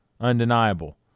undeniable